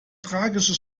tragisches